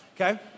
okay